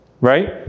right